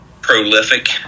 prolific